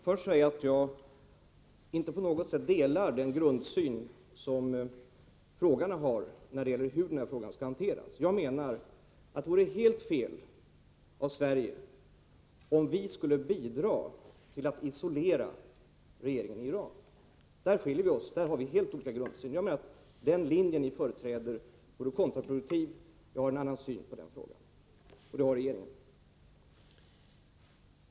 Herr talman! Jag vill först säga att jag inte på något sätt delar den grundsyn som frågarna har på hur frågan skall hanteras. Jag menar att det vore helt fel av Sverige att bidra till att isolera regeringen i Iran. Där skiljer vi oss åt; på den punkten har vi helt olika grundsyn. Jag menar att den linje ni företräder vore kontraproduktiv. Jag och regeringen har en annan syn på den frågan.